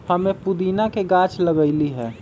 हम्मे पुदीना के गाछ लगईली है